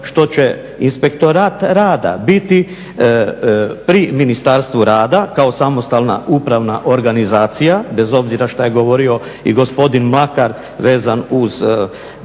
što će Inspektorat rada biti pri Ministarstvu rada kao samostalna upravna organizacija bez obzira šta je govorio i gospodin Mlakar vezan uz proceduru